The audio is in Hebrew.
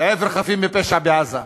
לעבר חפים מפשע בעזה,